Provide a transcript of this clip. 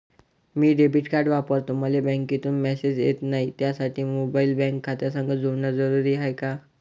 मी debit card वापरतो मले बँकेतून मॅसेज येत नाही, त्यासाठी मोबाईल बँक खात्यासंग जोडनं जरुरी हाय का?